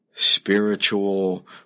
Spiritual